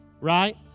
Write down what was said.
Right